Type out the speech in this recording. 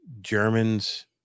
germans